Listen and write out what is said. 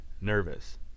nervous